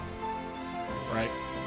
right